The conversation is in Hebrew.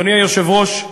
אדוני היושב-ראש,